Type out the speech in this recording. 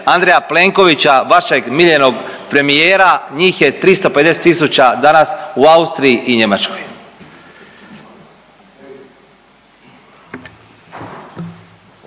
Andreja Plenkovića vašeg miljenog premijera. Njih je 350000 danas u Austriji i Njemačkoj.